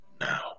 now